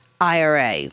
IRA